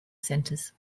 centers